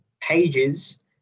pages